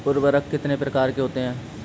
उर्वरक कितने प्रकार के होते हैं?